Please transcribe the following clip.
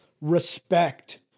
respect